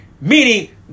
meaning